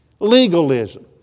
Legalism